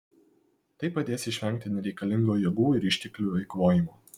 tai padės išvengti nereikalingo jėgų ir išteklių eikvojimo